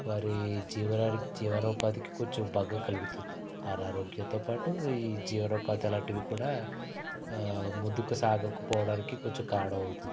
వారి జీవనానికి జీవనోపాధికి కొంచెం భంగం కలుగుతుంది అనారోగ్యంతో పాటు ఈ జీవనోపాధి అలాంటివి కూడా ముందుకు సాగకపోవడానికి కొంచెం కారణమవుతుంది